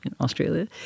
Australia